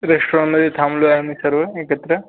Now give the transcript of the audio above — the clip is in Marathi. रेश्टॉरनमध्ये थांबलो आहे आम्ही सर्व एकत्र